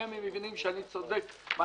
הם מבינים שאני צודק בעניין.